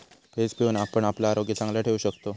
page पिऊन आपण आपला आरोग्य चांगला ठेवू शकतव